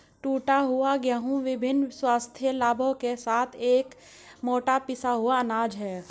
टूटा हुआ गेहूं विभिन्न स्वास्थ्य लाभों के साथ एक मोटा पिसा हुआ अनाज है